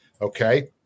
okay